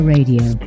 Radio